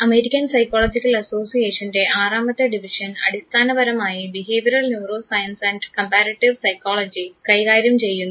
American psychological അസോസിയേഷൻറെ ആറാമത്തെ division അടിസ്ഥാനപരമായി behavioural neuroscience and comparative psychology കൈകാര്യം ചെയ്യുന്നു